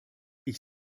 ich